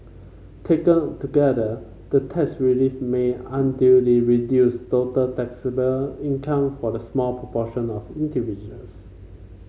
taken together the tax relief may unduly reduce total taxable income for the small proportion of individuals